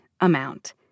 amount